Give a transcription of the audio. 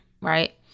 Right